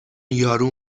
یارو